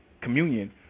communion